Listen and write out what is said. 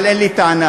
אבל אין לי טענה,